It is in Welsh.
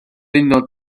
unol